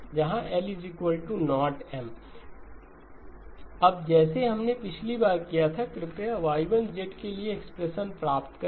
जहां L≠M अब जैसे हमने पिछली बार किया था कृपया Y1 के लिए एक्सप्रेशन प्राप्त करें